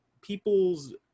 people's